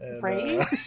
Right